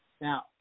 Now